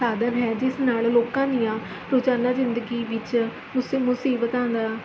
ਸਾਧਨ ਹੈ ਜਿਸ ਨਾਲ਼ ਲੋਕਾਂ ਦੀਆਂ ਰੋਜ਼ਾਨਾ ਜ਼ਿੰਦਗੀ ਵਿੱਚ ਮੁਸ ਮੁਸੀਬਤਾਂ ਦਾ